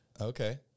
Okay